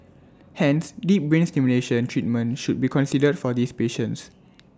hence deep brain stimulation treatment should be considered for these patients